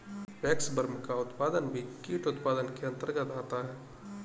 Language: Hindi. वैक्सवर्म का उत्पादन भी कीट उत्पादन के अंतर्गत आता है